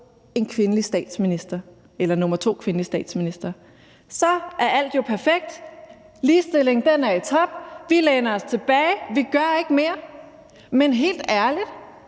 en kvindelig statsminister – nummer to kvindelige statsminister – og så er alt jo perfekt, ligestillingen er i top, vi læner os tilbage, og vi gør ikke mere. Men helt ærligt,